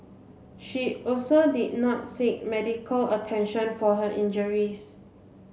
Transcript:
she also did not seek medical attention for her injuries